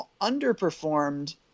underperformed